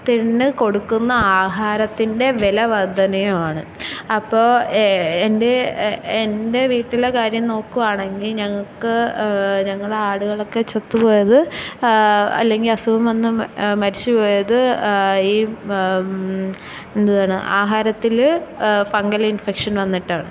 പിന്നെ കൊടുക്കുന്ന ആഹാരത്തിൻ്റെ വില വർധനയും ആണ് അപ്പോള് എൻ്റെ വീട്ടിലെ കാര്യം നോക്കുകയാണെങ്കില് ഞങ്ങള്ക്ക് ഞങ്ങളെ ആടുകളൊക്കെ ചത്തുപോയത് അല്ലെങ്കില് അസുഖം വന്ന് മരിച്ചുപോയത് ഈ എന്ത്വാണ് ആഹാരത്തില് ഫംഗൽ ഇൻഫെക്ഷൻ വന്നിട്ടാണ്